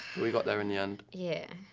we got there in the end. yeah.